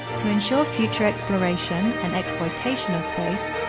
to ensure future exploration and exploitation of space,